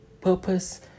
purpose